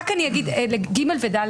אני רק אומר לגבי (ד) ו-(ד).